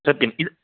सत्यं